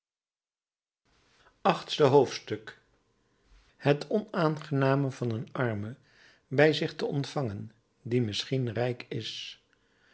achtste hoofdstuk het onaangename van een arme bij zich te ontvangen die misschien rijk is